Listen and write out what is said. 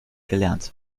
gelernt